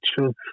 truth